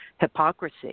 hypocrisy